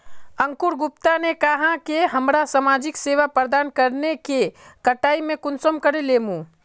अंकूर गुप्ता ने कहाँ की हमरा समाजिक सेवा प्रदान करने के कटाई में कुंसम करे लेमु?